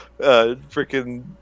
freaking